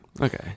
Okay